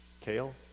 Kale